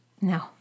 No